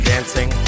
dancing